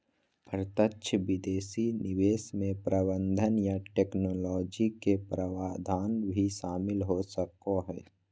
प्रत्यक्ष विदेशी निवेश मे प्रबंधन या टैक्नोलॉजी के प्रावधान भी शामिल हो सको हय